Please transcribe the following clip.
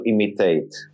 imitate